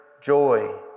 joy